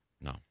No